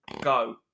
go